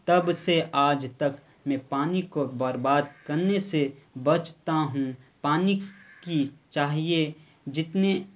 تب سے آج تک میں پانی کو برباد کرنے سے بچتا ہوں پانی کی چاہیے جتنے